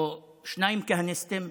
או שניים כהניסטים,